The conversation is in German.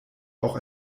auch